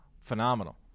phenomenal